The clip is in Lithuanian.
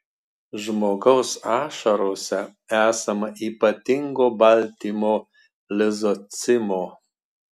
žmogaus ašarose esama ypatingo baltymo lizocimo